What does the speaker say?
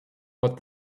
what